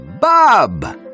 Bob